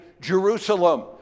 Jerusalem